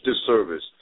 disservice